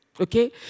Okay